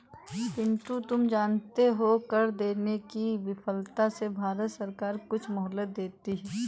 पिंटू तुम जानते हो कर देने की विफलता से भारत सरकार कुछ मोहलत देती है